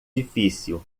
difícil